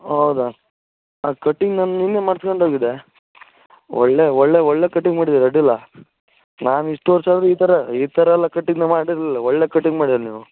ಹೌದ ಕಟ್ಟಿಂಗ್ ನಾನು ನಿನ್ನೆ ಮಾಡ್ಸ್ಕಂಡು ಹೋಗಿದ್ದೆ ಒಳ್ಳೆಯ ಒಳ್ಳೆಯ ಒಳ್ಳೆಯ ಕಟಿಂಗ್ ಮಾಡಿದ್ದೀರ ಅಡ್ಡಿಯಿಲ್ಲ ನಾನು ಇಷ್ಟು ವರ್ಷ ಆದರೂ ಈ ಥರ ಈ ಥರ ಎಲ್ಲ ಕಟಿಂಗ್ ಮಾಡಿರಲಿಲ್ಲ ಒಳ್ಳೆಯ ಕಟಿಂಗ್ ಮಾಡೀರಿ ನೀವು